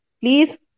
please